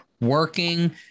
working